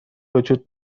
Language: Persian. وجود